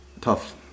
tough